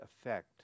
effect